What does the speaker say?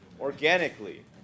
organically